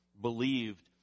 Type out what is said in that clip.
believed